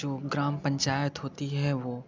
जो ग्राम पंचायत होती है वो